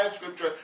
Scripture